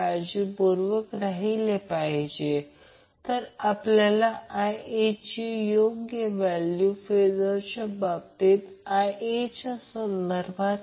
माझा अर्थ असा आहे की जर त्याचप्रमाणे फेझर व्होल्टेज Vbn या बाजूला आहे असे समजा